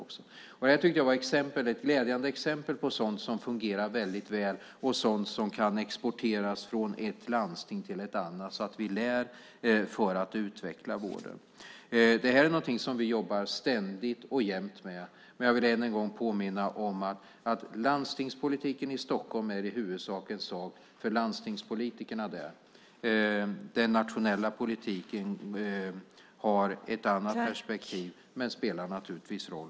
Det här tycker jag är ett glädjande exempel på sådant som fungerar väldigt väl och sådant som kan exporteras från ett landsting till ett annat, så att vi lär för att utveckla vården. Det här är någonting som vi ständigt och jämt jobbar med. Men jag vill än en gång påminna om att landstingspolitiken i Stockholm i huvudsak är en sak för landstingspolitikerna där. Den nationella politiken har ett annat perspektiv men spelar naturligtvis roll.